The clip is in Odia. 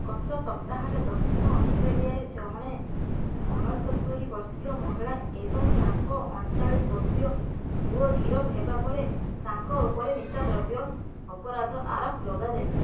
ଗତ ସପ୍ତାହରେ ଦକ୍ଷିଣ ଅଷ୍ଟ୍ରେଲିଆରେ ଜଣେ ଅଣସତୁରୀ ବର୍ଷୀୟ ମହିଳା ଏବଂ ତାଙ୍କ ଅଣଚାଳିଶ ବର୍ଷୀୟ ପୁଅ ଗିରଫ ହେବା ପରେ ତାଙ୍କ ଉପରେ ନିଶାଦ୍ରବ୍ୟ ଅପରାଧର ଆରୋପ ଲଗାଯାଇଛି